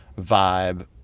vibe